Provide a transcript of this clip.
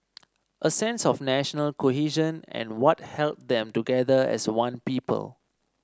a sense of national cohesion and what held them together as one people